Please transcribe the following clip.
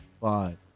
Five